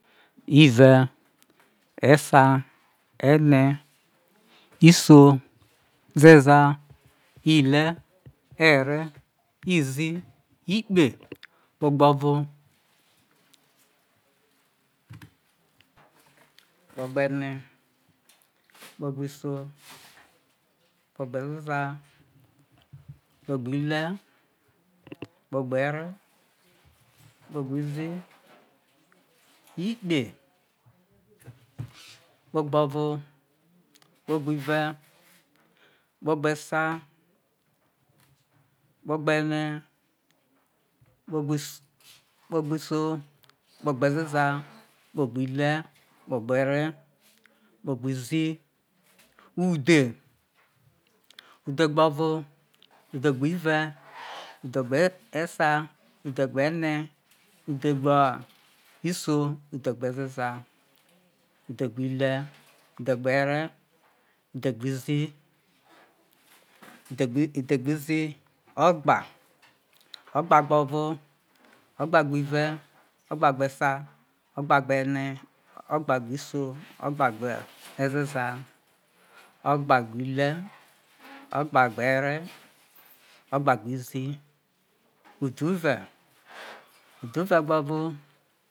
ive, esa, ene, iso, zeza ile, ere izi, ikpe, kpe gbovo, kpe gbo ene kpegbiso, kpegbo ezeza kpegbo ile, kpegbo ere kpegbo izi, ikpe, kpegbo vo kpegbo ive kpegbe sa, kpegbo ene kpegbo iso kpe gbo ezeza kpegbo ile kpegbo ere, kpe gbo isi, udhe udhe gbovo, udhe abive udhe gbo iso udhe gbo ezeza udhe gbo iso udhe gbo ezeza udhe gbe-ile, udhegbo ere udhegbo izi udhegbizi ogba ogba gbo ovo ogba gbe ivo ogba gbe eva ogba gbe ene ogba gbe iso, ogba gbe ezeza, ogbaghe ile ogba gbe ezeza, ogba gbe ile ogba gbe ore, ogba gbe izi udhuve, udhu ve egbovo.